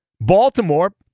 Baltimore